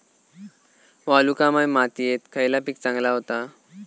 वालुकामय मातयेत खयला पीक चांगला होता?